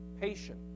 patient